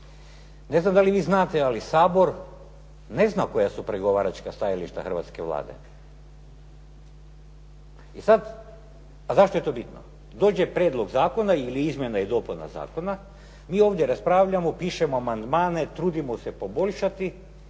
Ne znam da li vi znate, ali Sabor ne zna koja su pregovaračka stajališta Hrvatske Vlade. I sad, a zašto je to bitno? Dođe prijedlog zakona ili izmjene i dopune zakona, mi ovdje raspravljamo, pišemo amandmane, trudimo se poboljšati